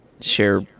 share